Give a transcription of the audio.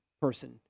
person